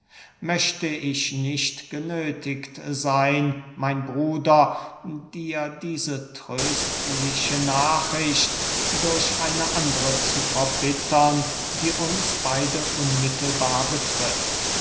möchte ich nicht genöthigt seyn mein bruder dir diese tröstliche nachricht durch eine andere zu verbittern die uns beide unmittelbar betrifft